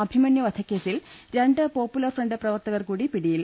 അഭിമന്യു വധക്കേസിൽ രണ്ട് popular front പ്രവർത്ത കർ കൂടി പിടിയിൽ